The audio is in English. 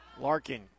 Larkin